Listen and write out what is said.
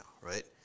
right